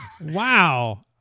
Wow